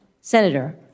Senator